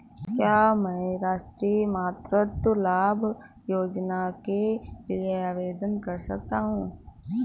क्या मैं राष्ट्रीय मातृत्व लाभ योजना के लिए आवेदन कर सकता हूँ?